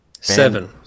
seven